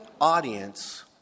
audience